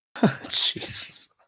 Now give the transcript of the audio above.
Jesus